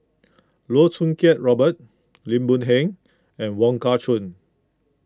Loh Choo Kiat Robert Lim Boon Heng and Wong Kah Chun